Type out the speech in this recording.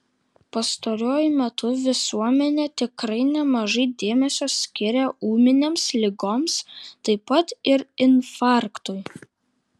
pastaruoju metu visuomenė tikrai nemažai dėmesio skiria ūminėms ligoms taip pat ir infarktui